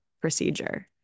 procedure